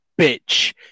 bitch